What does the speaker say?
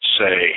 say